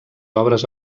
obres